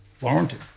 warranted